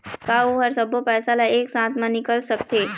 का ओ हर सब्बो पैसा ला एक साथ म निकल सकथे?